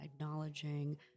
Acknowledging